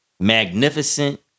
Magnificent